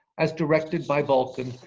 as directed by vulcan,